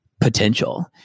potential